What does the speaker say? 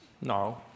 No